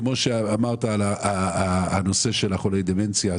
כמו שאמרת על הנושא של חולי דמנציה,